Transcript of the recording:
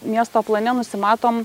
miesto plane nusimatom